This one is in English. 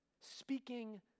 speaking